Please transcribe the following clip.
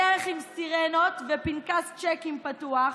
בדרך עם סירנות ופנקס צ'קים פתוח,